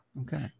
okay